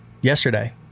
yesterday